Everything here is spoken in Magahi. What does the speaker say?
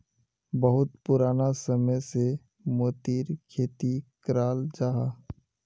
बहुत पुराना समय से मोतिर खेती कराल जाहा